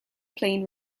plain